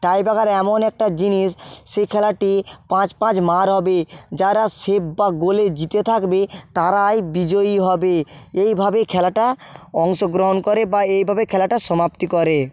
টাই breaker এমন একটা জিনিস সেই খেলাটি পাঁচ পাঁচ মার হবে যারা সেভ বা গোলে জিতে থাকবে তারাই বিজয়ী হবে এইভাবে খেলাটা অংশগ্রহণ করে বা এইভাবে খেলাটা সমাপ্তি করে